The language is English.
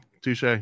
Touche